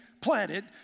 planted